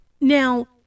Now